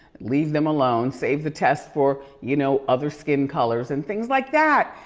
leave them alone, save the test for, you know, other skin colors, and things like that.